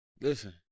Listen